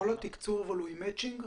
כל התקצוב הוא במצ'ינג?